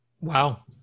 Wow